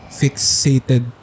fixated